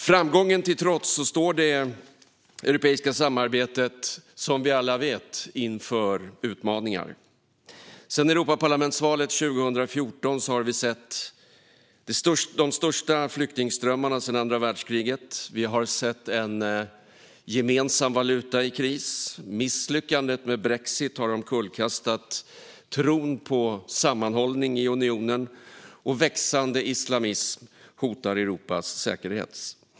Framgången till trots står det europeiska samarbetet, som vi alla vet, inför utmaningar. Sedan Europaparlamentsvalet 2014 har vi sett de största flyktingströmmarna sedan andra världskriget. Vi har sett en gemensam valuta i kris. Misslyckandet med brexit har omkullkastat tron på sammanhållning i unionen, och växande islamism hotar Europas säkerhet.